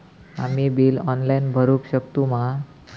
आम्ही bill online भरुक शकतू मा?